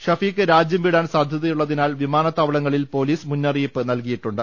ഷഫീഖ് രാജ്യം വിടാൻ സാധ്യതയുള്ളതിനാൽ വിമാനത്താവളങ്ങളിൽ പൊലീസ് മുന്നറിയിപ്പ് നൽകിയിട്ടുണ്ട്